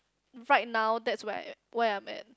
right now that's where I am where I'm at